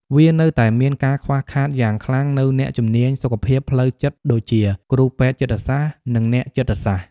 វានៅតែមានការខ្វះខាតយ៉ាងខ្លាំងនូវអ្នកជំនាញសុខភាពផ្លូវចិត្តដូចជា គ្រូពេទ្យចិត្តសាស្ត្រ និងអ្នកចិត្តសាស្រ្ត។